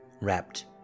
wrapped